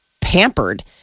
pampered